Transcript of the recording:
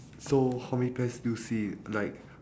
so how many pears do you see like